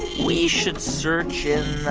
we should search in the